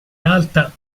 alta